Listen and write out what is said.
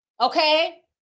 okay